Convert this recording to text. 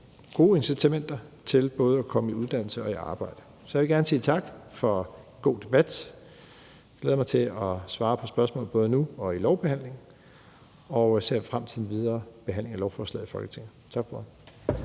gode incitamenter til både at komme i uddannelse og i arbejde. Så jeg vil gerne sige tak for en god debat. Jeg glæder mig til at svare på spørgsmål både nu og i lovbehandlingen, og jeg ser frem til den videre behandling af lovforslaget i Folketinget. Tak for